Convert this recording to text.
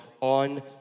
on